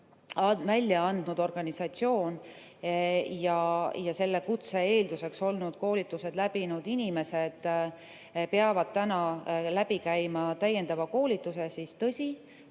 välja andnud organisatsioon ja selle kutse eelduseks olnud koolitused läbinud inimesed peavad läbi käima täiendava koolituse, siis tõsi,